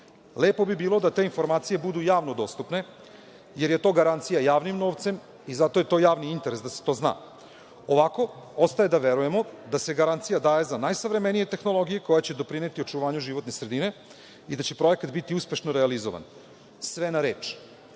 Lepo bi bilo da te informacije budu javno dostupne, jer je to garancija javnim novcem i zato je to javni interes da se to zna. Ovako, ostaje da verujemo da se garancija daje za najsavremenije tehnologije koje će doprineti očuvanju životne sredine i da će projekat biti uspešno realizovan. Sve na reč,